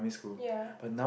ya